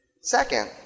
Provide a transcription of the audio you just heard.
Second